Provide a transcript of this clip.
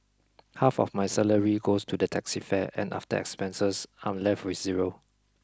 half of my salary goes to the taxi fare and after expenses I'm left with zero